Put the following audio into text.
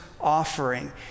offering